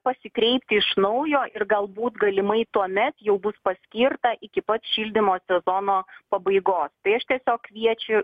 pasikreipti iš naujo ir galbūt galimai tuomet jau bus paskirta iki pat šildymo sezono pabaigos tai aš tiesiog kviečiu